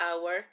hour